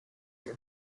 here